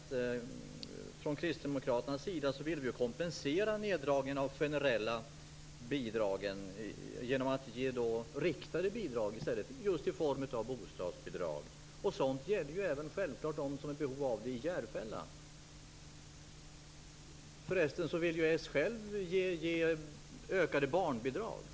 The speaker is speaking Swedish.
Från kristdemokraternas sida vill vi kompensera neddragningen av de generella bidragen genom att ge riktade bidrag i form av bostadsbidrag. Sådant gäller självklart även dem i Järfälla som är beroende av det. Socialdemokraterna vill ju ge ökade barnbidrag.